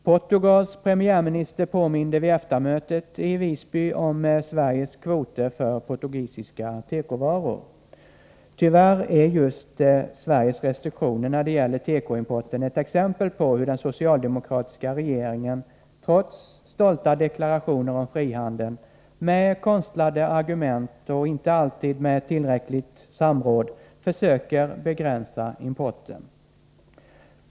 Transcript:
Portugals premiärminister påminde vid EFTA-mötet i Visby om Sveriges kvoter för portugisiska tekovaror. Tyvärr är just Sveriges restriktioner när det gäller tekoimporten ett exempel på hur den socialdemokratiska regeringen, trots stolta deklarationer om frihandeln, med konstlade argument och inte alltid efter tillräckligt samråd försöker begränsa importen.